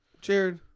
Cheers